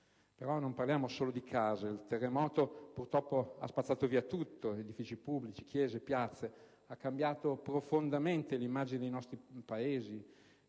Non parliamo, però, solo di case. Il terremoto, purtroppo, ha spazzato via tutto, edifici pubblici, chiese, piazze; ha cambiato profondamente l'immagine dei nostri paesi,